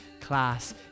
class